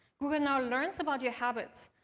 google now learns about your habits,